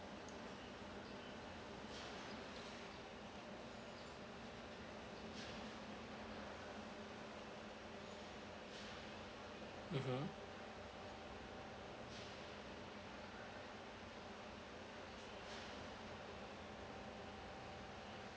mmhmm